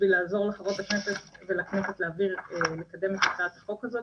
בשביל לעזור לחברות הכנסת ולכנסת לקדם את הצעת החוק הזאת.